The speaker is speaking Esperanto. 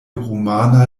rumana